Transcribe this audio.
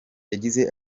yagize